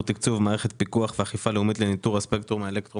תקצוב מערכת פיקוח ואכיפה לאומית לניטור הספקטרום האלקטרו